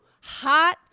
hot